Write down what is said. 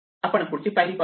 आपण पुढची पायरी पाहू